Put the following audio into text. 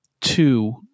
Two